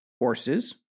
horses